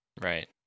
right